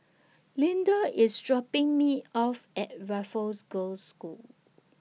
Leander IS dropping Me off At Raffles Girls' School